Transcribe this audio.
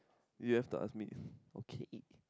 yes to ask me okay